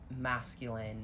masculine